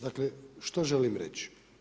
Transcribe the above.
Dakle, što želim reći?